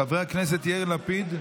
חבר הכנסת יאיר לפיד,